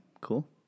cool